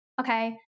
okay